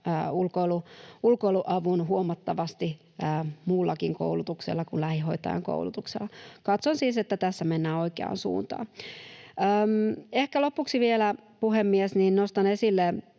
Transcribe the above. ulkoiluavun huomattavasti muullakin koulutuksella kuin lähihoitajan koulutuksella. Katson siis, että tässä mennään oikeaan suuntaan. Ehkä lopuksi vielä, puhemies, nostan esille